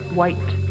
white